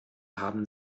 haben